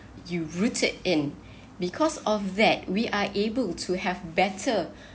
you rooted in because of that we are able to have better